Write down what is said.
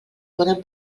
poden